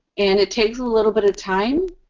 and it takes a little bit of time,